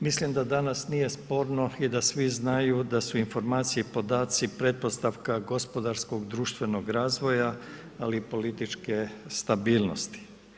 Mislim da danas nije sporno i da svi znaju da su informacije podaci pretpostavka gospodarskog, društvenog razvoja, ali i političke stabilnosti.